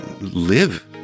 live